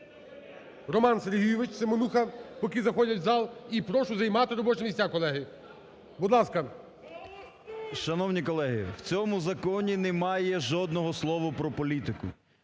Роман Сергійович Семенуха, поки заходять в зал, і прошу займати робочі місця, колеги. Будь ласка. 17:43:18 СЕМЕНУХА Р.С. Шановні колеги. В цьому законі немає жодного слова про політику.